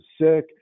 sick